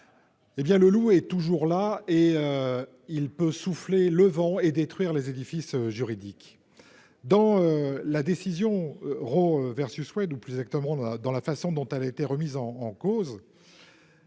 Hé bien, le loup est toujours là et il peut souffler le vent et détruire les édifices juridique dans la décision Roe versus Wade ou plus exactement dans la dans la façon dont elle a été remis en en cause.